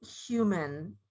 human